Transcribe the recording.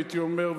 הייתי אומר,